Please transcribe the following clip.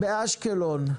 באשקלון,